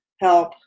help